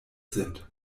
sind